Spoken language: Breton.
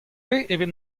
evit